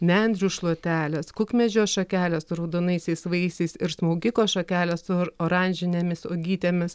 nendrių šluotelės kukmedžio šakelės su raudonaisiais vaisiais ir smaugiko šakelės su oranžinėmis uogytėmis